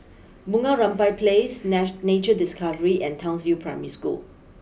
Bunga Rampai place Nature Discovery and Townsville Primary School